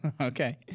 okay